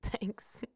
Thanks